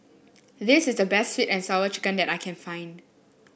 this is the best sweet and Sour Chicken that I can find